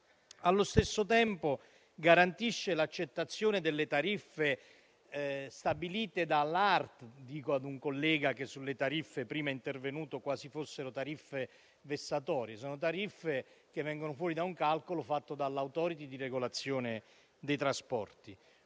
allo stesso tempo, garantisce l'accettazione delle tariffe stabilite dall'ART. Lo dico ad un collega che sulle tariffe prima è intervenuto quasi fossero tariffe vessatorie: sono tariffe che vengono fuori da un calcolo fatto dalla *Authority* di regolazione dei trasporti.